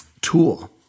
tool